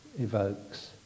evokes